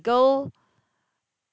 girl